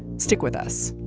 stick with us